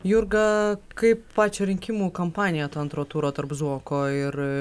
jurga kaip pačią rinkimų kampaniją to antro turo tarp zuoko ir